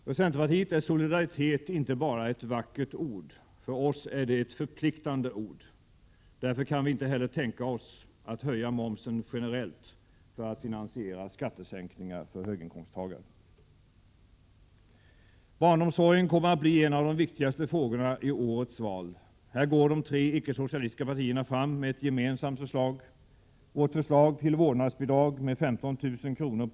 För centerpartiet är solidaritet inte bara ett vackert ord, för oss är det ett förpliktande ord! Därför kan vi inte heller tänka oss att höja momsen generellt för att finansiera skattesänkningar för höginkomsttagare. Barnomsorgen kommer att bli en av de viktigaste frågorna i årets val. Här går de tre icke-socialistiska partierna fram med ett gemensamt förslag. Vårt förslag till vårdnadsbidrag med 15 000 kr.